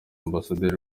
ambasaderi